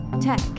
tech